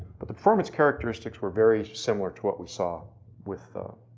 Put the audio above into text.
but the performance characteristics were very similar to what we saw with the,